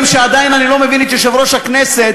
שעדיין אני לא מבין לגביו את יושב-ראש הכנסת,